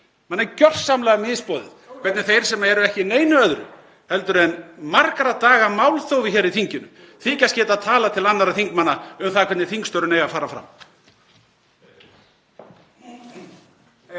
Mér er gjörsamlega misboðið hvernig þeir sem eru ekki í neinu öðru en margra daga málþófi í þinginu þykjast geta talað til annarra þingmanna um það hvernig þingstörfin eigi að fara fram.